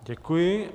Děkuji.